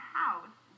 house